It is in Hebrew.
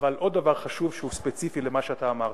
אבל עוד דבר חשוב שהוא ספציפי למה שאתה אמרת.